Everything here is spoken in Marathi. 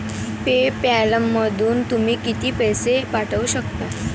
पे पॅलमधून तुम्ही किती पैसे पाठवू शकता?